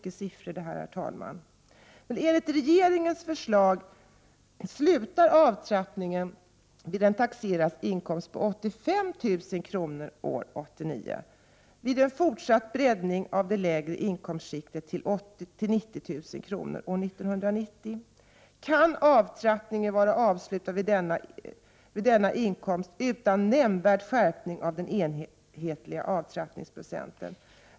Enligt regeringens förslag slutar avtrappningen vid en taxerad inkomst på 85 000 kr. år 1989. Vid en fortsatt breddning av det lägre inkomstskiktet till 90 000 kr. år 1990 kan avtrappningen vara avslutad vid denna inkomst utan nämnvärd skärpning av den enhetliga avtrappningsprocenten.